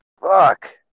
fuck